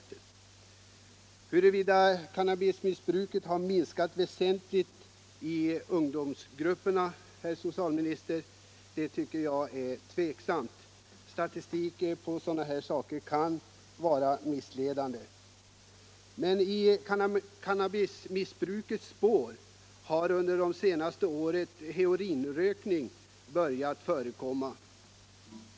Huruvida cannabismissbruket minskat väsentligt i ungdomsgrupperna är tveksamt, herr socialminister. Statistik om sådana här saker kan vara missledande. I cannabismissbrukets spår har det senaste året heroinrökning börjat förekomma.